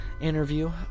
interview